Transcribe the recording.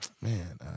man